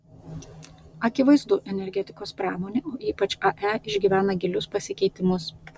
akivaizdu energetikos pramonė o ypač ae išgyvena gilius pasikeitimus